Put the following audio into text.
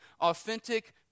authentic